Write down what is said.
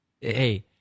hey